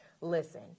Listen